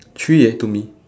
three eh to me